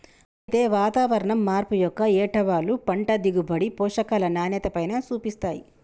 అయితే వాతావరణం మార్పు యొక్క ఏటవాలు పంట దిగుబడి, పోషకాల నాణ్యతపైన సూపిస్తాయి